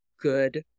Good